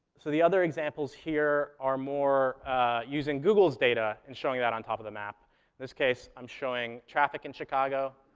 so the other examples here are more using google's data and showing that on top of the map. in this case, i'm showing traffic in chicago.